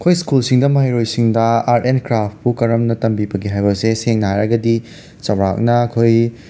ꯑꯩꯈꯣꯏ ꯁ꯭ꯀꯨꯜꯁꯤꯡꯗ ꯃꯍꯩꯔꯣꯏꯁꯤꯡꯗ ꯑꯥꯔꯠ ꯑꯦꯟ ꯀ꯭ꯔꯥꯐꯄꯨ ꯀꯔꯝꯅ ꯇꯝꯕꯤꯕꯒꯦ ꯍꯥꯏꯕꯁꯦ ꯁꯦꯡꯅ ꯍꯥꯏꯔꯒꯗꯤ ꯆꯧꯔꯥꯛꯅ ꯑꯩꯈꯣꯏ